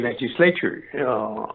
legislature